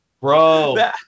bro